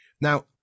Now